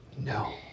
no